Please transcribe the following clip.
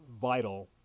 vital